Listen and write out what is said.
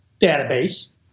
database